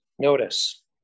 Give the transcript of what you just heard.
Notice